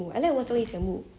mm